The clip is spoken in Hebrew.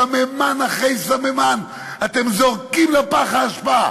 סממן אחרי סממן אתם זורקים לפח האשפה,